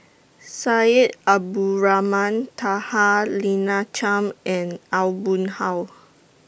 Syed Abdulrahman Taha Lina Chiam and Aw Boon Haw